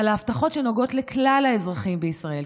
על ההבטחות שנוגעות לכלל האזרחים בישראל,